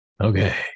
Okay